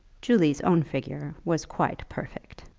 julia's own figure was quite perfect.